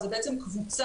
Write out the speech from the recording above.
זו בעצם קבוצה,